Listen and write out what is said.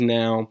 now